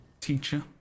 Teacher